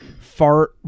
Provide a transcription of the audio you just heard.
fart